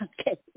Okay